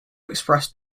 express